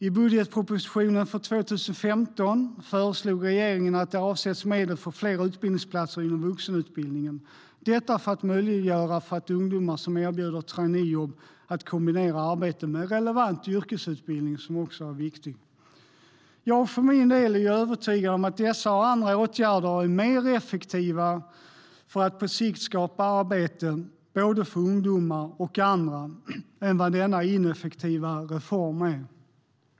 I budgetpropositionen för 2015 föreslog regeringen att det skulle avsättas medel för fler utbildningsplatser inom vuxenutbildningen - detta för att möjliggöra för ungdomar som erbjuds traineejobb att kombinera arbete med relevant yrkesutbildning som också är viktig. Jag är för min del övertygad om att dessa och andra åtgärder är mer effektiva för att på sikt skapa arbete både för ungdomar och andra än vad denna ineffektiva reform är.